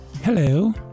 Hello